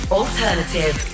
alternative